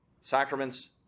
sacraments